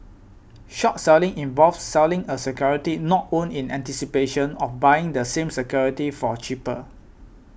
short selling involves selling a security not owned in anticipation of buying the same security for cheaper